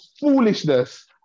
foolishness